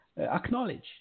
acknowledge